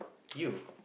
you